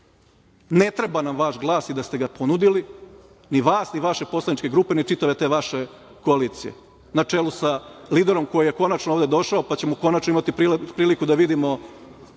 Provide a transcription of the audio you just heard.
ne treba nam vaš glas, i da ste ga ponudili, ni vas, ni vaše poslaničke grupe, ni čitave te vaše koalicije, na čelu sa liderom koji je konačno ovde došao, pa ćemo konačno imati priliku da vidimo,